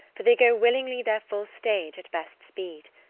for they go willingly their full stage at best speed.